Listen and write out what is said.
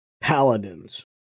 paladins